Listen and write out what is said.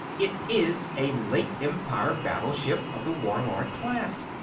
it is a late empire battleship of the warlord class.